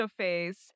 interface